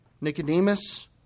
Nicodemus